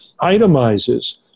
itemizes